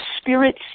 spirit